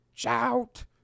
Shout